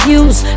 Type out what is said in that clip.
use